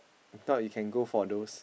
if not you can go for those